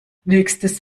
nächstes